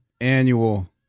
annual